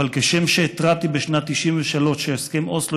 אבל כשם התרעתי בשנת 1993 שהסכם אוסלו